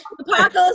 Apocalypse